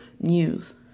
news